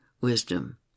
wisdom